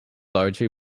largely